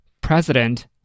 president